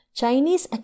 Chinese